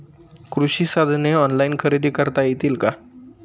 कृषी साधने ऑनलाइन खरेदी करता येतील का?